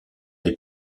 les